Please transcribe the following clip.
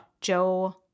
Joe